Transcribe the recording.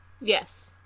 Yes